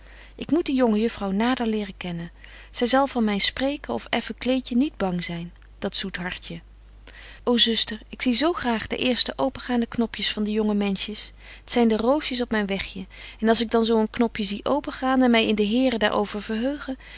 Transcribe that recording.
ik moet die jonge juffrouw nader leren kennen zy zal van myn spreken of effen kleedje niet bang zyn dat zoet hartje ô zuster ik zie zo graag de eerste opengaande knopjes van de jonge menschjes t zyn de roosjes op myn wegje en als ik dan zo een knopje zie opengaan en my in den here daar over verheuge